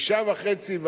9.5%,